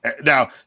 Now